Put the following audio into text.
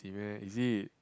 really meh is it